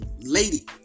lady